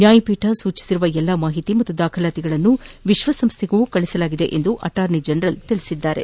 ನ್ಯಾಯಪೀಠ ಸೂಚಿಸಿರುವ ಎಲ್ಲಾ ಮಾಹಿತಿ ಹಾಗೂ ದಾಖಲಾತಿಗಳನ್ನು ವಿಶ್ವಸಂಸ್ದೆಗೂ ಕಳುಹಿಸಲಾಗಿದೆ ಎಂದು ಅಣಾರ್ನಿ ಜನರಲ್ ತಿಳಿಸಿದ್ದಾರೆ